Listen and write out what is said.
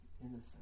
Innocent